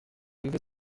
devez